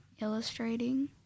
illustrating